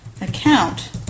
account